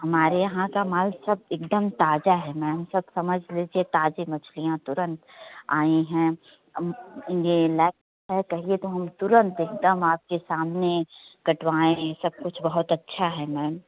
हमारे यहाँ का माल सब एकदम ताजा है मैम सब समझ लीजिए ताजी मछलियाँ तुरंत आई हैं अब ये कहिए तो हम तुरंत एकदम आपके सामने कटवाएँ सब कुछ बहुत अच्छा है मैम